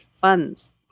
funds